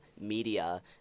media